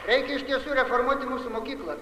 reikia iš tiesų reformuoti mūsų mokyklas